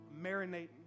Marinating